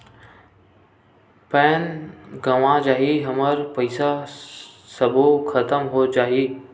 Pan गंवा जाही हमर पईसा सबो खतम हो जाही?